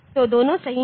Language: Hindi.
तो दोनों सही हैं